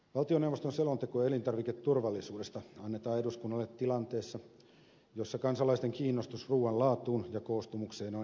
valtioneuvoston selonteko elintarviketurvallisuudesta annetaan eduskunnalle tilanteessa jossa kansalaisten kiinnostus ruuan laatuun ja koostumukseen on edelleen kasvussa